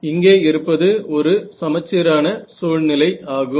இங்கே இருப்பது ஒரு சமச்சீரான சூழ்நிலை ஆகும்